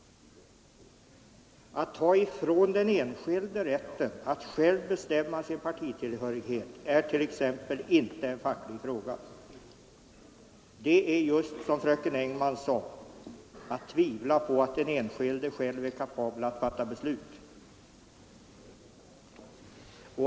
Att ta ifrån den enskilde rätten att själv bestämma sin partitillhörighet är t.ex. inte en facklig fråga. Det är, som fröken Engman också sade, att tvivla på att den enskilde själv är kapabel att fatta beslut.